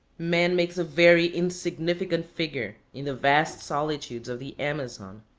man makes a very insignificant figure in the vast solitudes of the amazon.